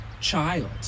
child